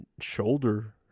shoulder